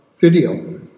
Video